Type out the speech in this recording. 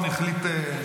אני מדבר אליך.